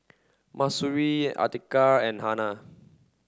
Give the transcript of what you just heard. Mahsuri Atiqah and Hana